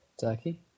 Turkey